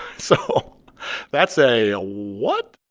so that's a ah what?